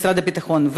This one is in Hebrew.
משרד הביטחון,